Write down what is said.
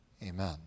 Amen